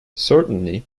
certainly